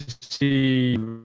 see